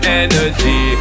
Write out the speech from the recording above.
energy